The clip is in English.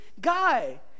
guy